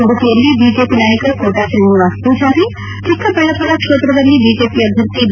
ಉಡುಪಿಯಲ್ಲಿ ಬಿಜೆಪಿ ನಾಯಕ ಕೋಟಾ ಶ್ರೀನಿವಾಸ ಪೂಜಾರಿ ಚಿಕ್ಕಬಳ್ಳಾಮರ ಕ್ಷೇತ್ರದಲ್ಲಿ ಬಿಜೆಪಿ ಅಭ್ಯರ್ಥಿ ಬಿ